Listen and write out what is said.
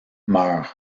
meurent